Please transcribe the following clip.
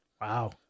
Wow